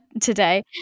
today